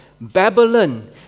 Babylon